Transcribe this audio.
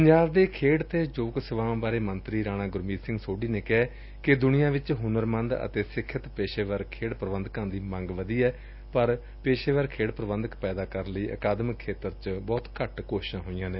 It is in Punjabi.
ਪੰਜਾਬ ਦੇ ਖੇਡ ਅਤੇ ਯੁਵਕ ਸੇਵਾਵਾਂ ਬਾਰੇ ਮੰਤਰੀ ਰਾਣਾ ਗੁਰਮੀਤ ਸਿੰਘ ਸੋਢੀ ਨੇ ਕਿਹੈ ਕਿ ਦੁਨੀਆਂ ਵਿਚ ਹੂਨਰੰੰਦ ਅਤੇ ਸਿਖਿਅਤ ਪੇਸ਼ੇਵਰ ਖੇਡ ਪ੍ਰਬੰਧਕਾਂ ਦੀ ਮੰਗ ਵਧੀ ਏ ਪਰ ਪੇਸ਼ੇਵਰ ਖੇਡ ਪ੍ਰਬੰਧਕ ਪੈਦਾ ਕਰਨ ਲਈ ਅਕਾਦਮਿਕ ਖੇਤਰ ਚ ਬਹੁਤ ਘੱਟ ਕੋਸ਼ਿਸ਼ਾਂ ਹੋਈਆਂ ਨੇ